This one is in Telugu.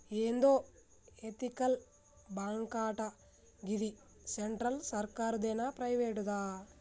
ఏందో ఎతికల్ బాంకటా, గిది సెంట్రల్ సర్కారుదేనా, ప్రైవేటుదా